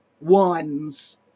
ones